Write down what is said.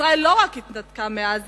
ישראל לא רק התנתקה מעזה,